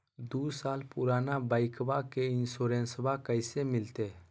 दू साल पुराना बाइकबा के इंसोरेंसबा कैसे मिलते?